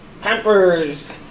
Pampers